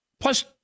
Plus